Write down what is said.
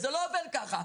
זה לא עובד כך,